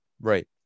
right